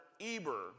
Eber